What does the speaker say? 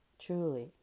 truly